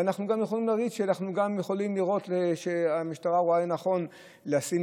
אנחנו גם יכולים לראות שהמשטרה רואה לנכון להתמקד